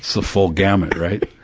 the full gamut, right?